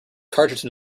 cartridge